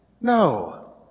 No